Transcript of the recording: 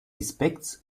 expects